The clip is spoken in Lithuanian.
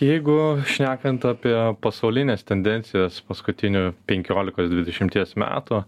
jeigu šnekant apie pasaulines tendencijas paskutinių penkiolikos dvidešimties metų